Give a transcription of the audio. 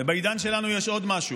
בעידן שלנו יש עוד משהו.